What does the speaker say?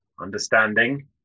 understanding